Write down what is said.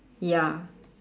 ya